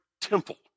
temple